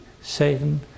Satan